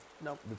Nope